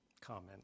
comment